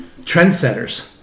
trendsetters